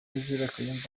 rev